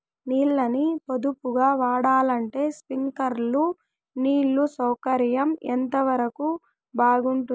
నీళ్ళ ని పొదుపుగా వాడాలంటే స్ప్రింక్లర్లు నీళ్లు సౌకర్యం ఎంతవరకు బాగుంటుంది?